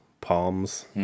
Palms